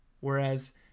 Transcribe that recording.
whereas